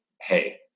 hey